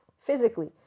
physically